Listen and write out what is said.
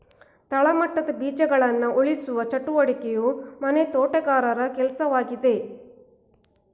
ತಳಮಟ್ಟದ ಬೀಜಗಳನ್ನ ಉಳಿಸುವ ಚಟುವಟಿಕೆಯು ಮನೆ ತೋಟಗಾರರ ಕೆಲ್ಸವಾಗಿದೆ